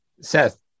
Seth